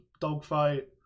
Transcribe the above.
dogfight